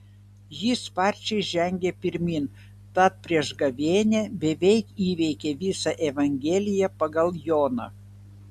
ji sparčiai žengė pirmyn tad prieš gavėnią beveik įveikė visą evangeliją pagal joną